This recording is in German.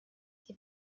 die